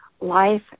life